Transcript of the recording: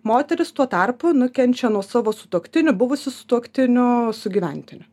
moterys tuo tarpu nukenčia nuo savo sutuoktinių buvusių sutuoktinių sugyventinių